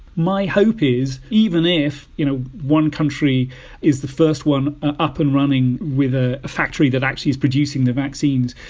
my hope is even if, you know, one country is the first one up and running with a factory that actually is producing the vaccines,